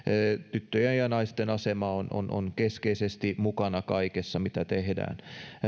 tyttöjen ja naisten asema on on keskeisesti mukana kaikessa mitä tehdään